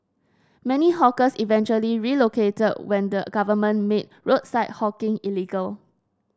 many hawkers eventually relocated when the government made roadside hawking illegal